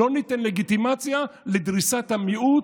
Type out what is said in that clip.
לא ניתן לגיטימציה לדריסת המיעוט,